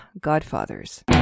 Godfathers